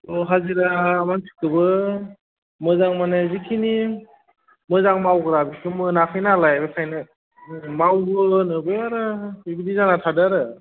अ हाजिरा मानसिखोबो मोजां माने जिखिनि मोजां मावग्रा बेखौ मोनाखै नालाय बिखायनो मावहोनोबो बिबादि जाना थादो आरो